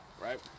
right